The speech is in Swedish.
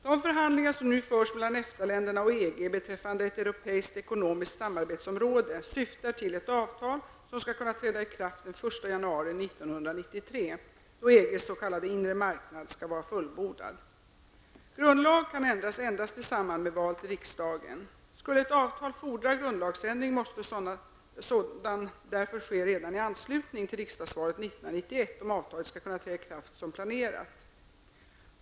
De förhandlingar som nu förs mellan EFTA länderna och EG beträffande ett europeiskt ekonomiskt samarbetsområde syftar till ett avtal som skall kunna träda i kraft den 1 januari 1993, då Grundlag kan ändras endast i samband med val till riksdagen. Skulle ett avtal fordra grundlagsändring, måste sådan därför ske redan i anslutning till riksdagsvalet 1991, om avtalet skall kunna träda i kraft som planerat.